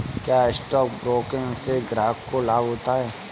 क्या stock broking से ग्राहक को लाभ होता है?